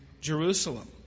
Jerusalem